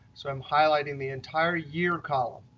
so i'm highlighting the entire year column.